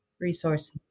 resources